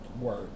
Word